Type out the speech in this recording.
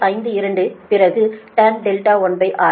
52 பிறகு tan R1 என்பது 1